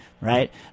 right